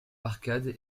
arcade